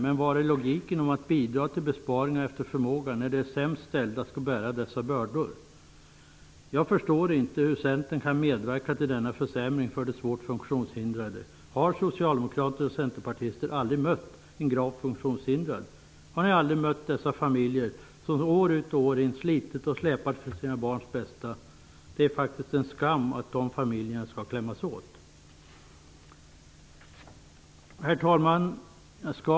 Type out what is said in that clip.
Men var finns logiken i detta med att bidra till besparingar efter förmåga när de sämst ställda skall bära dessa bördor? Jag förstår inte hur Centern kan medverka till denna försämring för svårt funktionshindrade. Har ni socialdemokrater och centerpartister aldrig mött en gravt funktionshindrad? Har ni aldrig mött dessa familjer som år ut och år in sliter och släpar för sina barns bästa? Det är faktiskt en skam att de föräldrarna skall klämmas åt! Herr talman!